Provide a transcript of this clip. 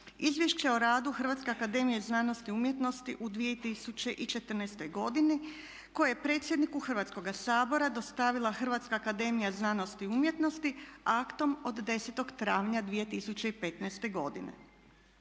Izvješće o radu Hrvatske akademije znanosti i umjetnosti u 2014. godini koje je predsjedniku Hrvatskoga sabora dostavila Hrvatska akademija znanosti i umjetnosti aktom od 10. travnja 2015. godine.